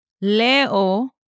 Leo